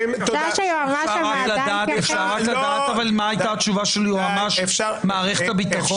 אפשר לדעת מה הייתה התשובה של היועץ המשפטי למערכת הביטחון?